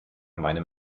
meinem